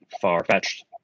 far-fetched